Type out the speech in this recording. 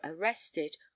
arrested